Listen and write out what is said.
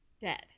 dead